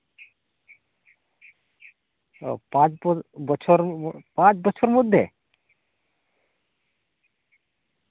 ᱚ ᱯᱟᱸᱪ ᱵᱚᱪᱷᱚᱨ ᱯᱟᱸᱪ ᱵᱚᱪᱷᱚᱨ ᱢᱚᱫᱽᱫᱷᱮ